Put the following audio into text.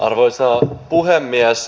arvoisa puhemies